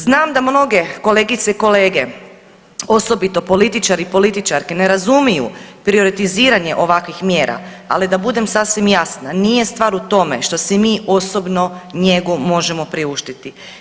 Znam da mnoge kolegice i kolege, osobito političari i političarke ne razumiju prioritiziranje ovakvih mjera, ali da budem sasvim jasna nije stvar u tome što si mi osobno njegu možemo priuštiti.